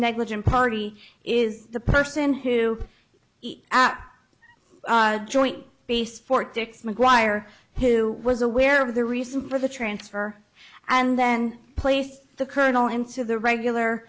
negligent party is the person who eat at joint base fort dix mcguire hill was aware of the reason for the transfer and then placed the colonel into the regular